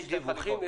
יש דיווחים?